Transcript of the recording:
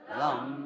long